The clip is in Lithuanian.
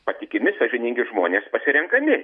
patikimi sąžiningi žmonės pasirenkami